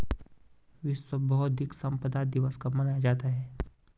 विश्व बौद्धिक संपदा दिवस कब मनाया जाता है?